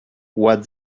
what